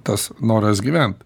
tas noras gyvent